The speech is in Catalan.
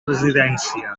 residència